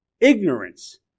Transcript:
ignorance